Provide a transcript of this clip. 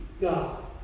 God